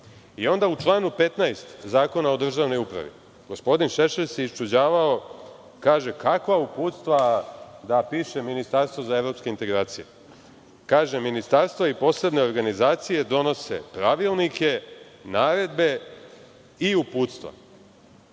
akata“.U članu 15. Zakona o državnoj upravi gospodin Šešelj se iščuđavao, kaže – kakva uputstva da piše ministarstvo za evropske integracije. Kaže: „ministarstva i posebne organizacije donose pravilnike, naredbe i uputstva“.